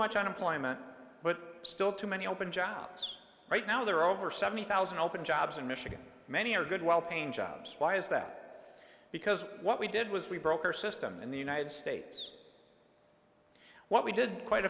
much unemployment but still too many open jobs right now there are over seventy thousand open jobs in michigan many are good well paying jobs why is that because what we did was we broke our system in the united states what we did quite